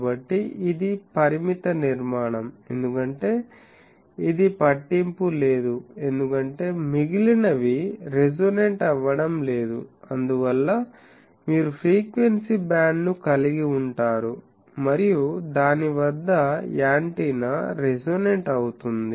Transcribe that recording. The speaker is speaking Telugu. కాబట్టి ఇది పరిమిత నిర్మాణం ఎందుకంటే ఇది పట్టింపు లేదు ఎందుకంటే మిగిలినవి రెసొనెట్ అవ్వడం లేదు అందువల్ల మీరు ఫ్రీక్వెన్సీ బ్యాండ్ ను కలిగి ఉంటారు మరియు దాని వద్ద యాంటెన్నా రెసొనెట్ అవుతుంది